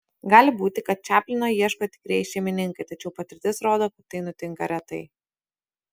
gali būti kad čaplino ieško tikrieji šeimininkai tačiau patirtis rodo kad tai nutinka retai